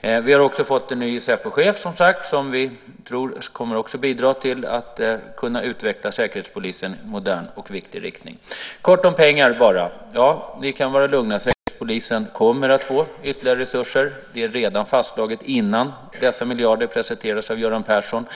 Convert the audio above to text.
Vi har också fått en ny Säpochef, som sagt, som vi också tror kommer att bidra till att utveckla Säkerhetspolisen i en modern riktning. Kort om pengar: Ni kan vara lugna. Säkerhetspolisen kommer att få ytterligare resurser. Det var redan fastslaget innan dessa miljarder presenterades av Göran Persson.